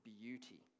beauty